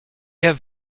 have